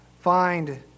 find